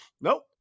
Nope